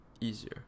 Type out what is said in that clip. easier